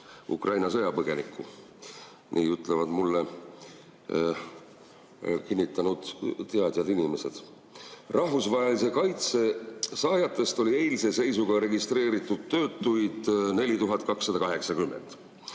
Ukraina sõjapõgenikku. Nii ütlevad mulle, on kinnitanud teadjad inimesed. Rahvusvahelise kaitse saajatest oli eilse seisuga registreeritud töötuid 4280.